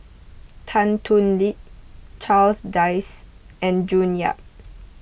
Tan Thoon Lip Charles Dyce and June Yap